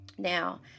Now